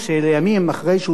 אחרי שהוא שלט ביהודה,